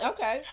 Okay